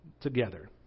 together